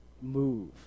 Move